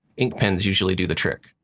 ink pens usually do the trick.